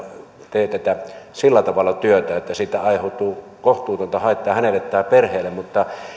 teetetä sillä tavalla työtä että siitä aiheutuu kohtuutonta haittaa hänelle tai perheelle mutta